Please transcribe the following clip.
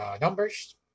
numbers